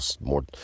more